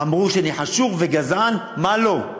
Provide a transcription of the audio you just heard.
אמרו שאני חשוך וגזען, מה לא.